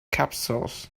capsules